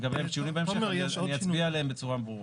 לגבי שינויים בהמשך, אני אצביע עליהם בצורה ברורה.